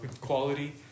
quality